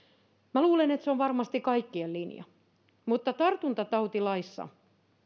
minä luulen että se on varmasti kaikkien linja mutta tartuntatautilaissa